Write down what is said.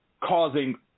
causing